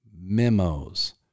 memos